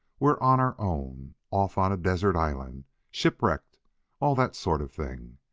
we're on our own off on a desert island shipwrecked all that sort of thing!